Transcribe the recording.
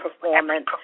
performance